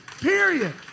period